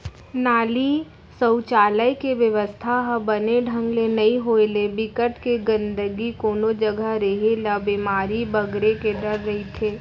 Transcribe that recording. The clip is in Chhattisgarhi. नाली, सउचालक के बेवस्था ह बने ढंग ले नइ होय ले, बिकट के गंदगी कोनो जघा रेहे ले बेमारी बगरे के डर रहिथे